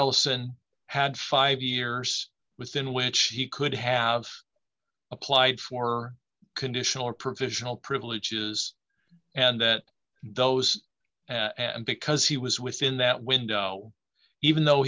ellison had five years within which he could have applied for conditional provisional privileges and that those and because he was within that window even though